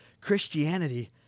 Christianity